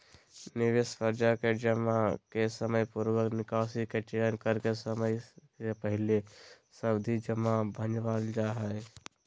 निवेश पर जाके जमा के समयपूर्व निकासी के चयन करके समय से पहले सावधि जमा भंजावल जा हय